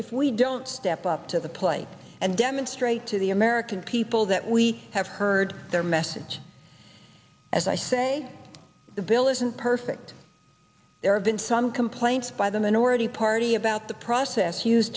if we don't step up to the plate and demonstrate to the american people that we have heard their message as i say the bill isn't perfect there have been some complaints by the minority party about the process used